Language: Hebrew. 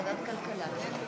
לוועדת הכלכלה נתקבלה.